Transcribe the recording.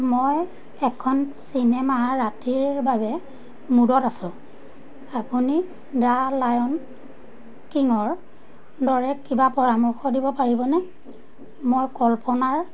মই এখন চিনেমা ৰাতিৰ বাবে মুডত আছো আপুনি দ্য লায়ন কিংৰ দৰে কিবা পৰামৰ্শ দিব পাৰিবনে মই কল্পনাৰ